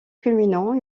culminant